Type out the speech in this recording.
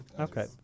Okay